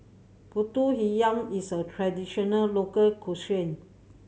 Pulut Hitam is a traditional local